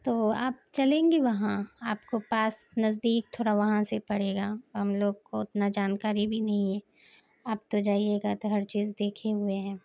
تو آپ چلیں گے وہاں آپ کو پاس نزدیک تھوڑا وہاں سے پڑے گا ہم لوگ کو اتنا جانکاری بھی نہیں ہے آپ تو جائیے گا تو ہر چیز دیکھے ہوئے ہیں